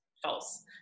false